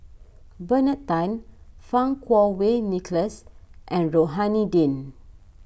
Bernard Tan Fang Kuo Wei Nicholas and Rohani Din